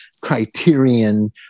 criterion